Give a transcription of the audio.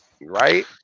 right